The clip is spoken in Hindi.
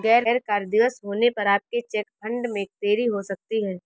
गैर कार्य दिवस होने पर आपके चेक फंड में देरी हो सकती है